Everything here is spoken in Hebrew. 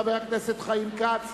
חבר הכנסת חיים כץ,